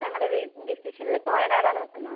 ഞങ്ങളുടെ ഡിസിഷനിൽ ഇപ്പോൾ വായനാടാണ് നിക്കുന്നത്